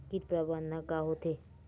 कीट प्रबंधन का होथे?